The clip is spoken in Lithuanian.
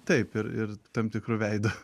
taip ir ir tam tikru veidu